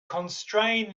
constrain